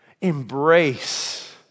Embrace